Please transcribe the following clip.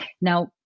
Now